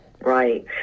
Right